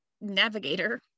navigator